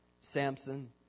Samson